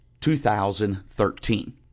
2013